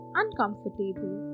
uncomfortable